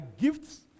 gifts